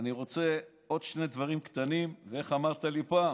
אני רוצה עוד שני דברים קטנים, איך אמרת לי פעם,